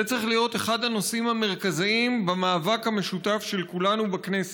זה צריך להיות אחד הנושאים המרכזיים במאבק המשותף של כולנו בכנסת,